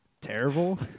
terrible